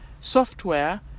Software